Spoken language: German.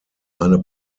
eine